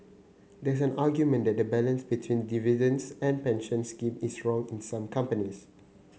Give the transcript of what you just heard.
there's an argument that the balance between dividends and pension scheme is wrong in some companies